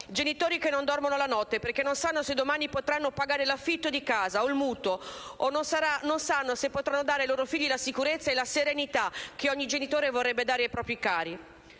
genitori che non dormono la notte perché non sanno se domani potranno pagare l'affitto di casa o il mutuo o non sanno se potranno dare ai loro figli la sicurezza e la serenità che ogni genitore vorrebbe dare ai propri cari.